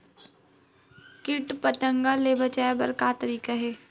कीट पंतगा ले बचाय बर का तरीका हे?